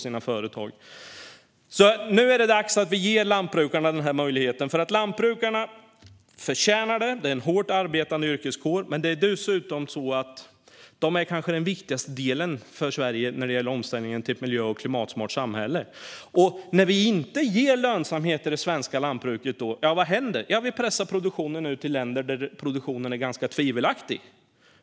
Det är nu dags att vi ger lantbrukarna denna möjlighet. De förtjänar den; de är en hårt arbetande yrkeskår. Men de är dessutom den kanske viktigaste delen för Sverige när det gäller omställningen till ett miljö och klimatsmart samhälle. Och vad händer när vi inte ger lönsamhet i det svenska lantbruket? Jo, vi pressar ut produktionen till länder där den är ganska tvivelaktig.